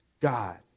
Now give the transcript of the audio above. God